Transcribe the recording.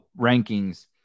rankings